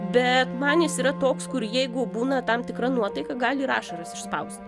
bet man jis yra toks kur jeigu būna tam tikra nuotaika gali ir ašaras išspausti